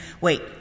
Wait